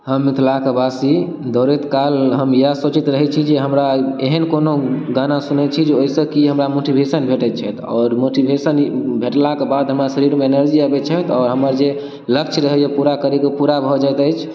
हम मिथिला के बासी दौड़ैत काल हम इएह सोचैत रहै छी जे हमरा एहन कोनो गाना सुनै छी जे ओहि सऽ कि हमरा मोटिभेशन भेटै छै आओर मोटिभेशन भेटलाक बाद हमरा शरीर मे एनर्जी आबै छै आओर हमर जे लक्ष्य रहै पूरा करै कऽ पूरा भऽ जायत अछि